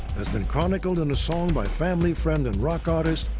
has been chronicled in a song by a family friend and rock artist,